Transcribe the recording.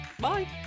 bye